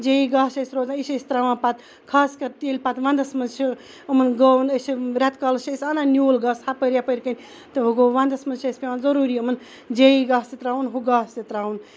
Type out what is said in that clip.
J وی گاسہِ چھُ اَسہِ روزان یہِ چھِ أسۍ تراوان پَتہٕ خاص کر تیٚلہِ پَتہٕ وَنٛدَس مَنٛز چھِ یِمَن گٲوَن ریٚت کالَس چھِ أسۍ اَنان نیول گاسہٕ ہَپٲرۍ یَپٲرۍ کِنۍ تہٕ وَ گوٚو وَندَس مَنٛز چھِ أسۍ پیٚوان ضروٗری یِمَن جے وی گاسہٕ تراوُن ہُہ گاسہٕ تہِ تراوُن